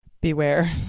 beware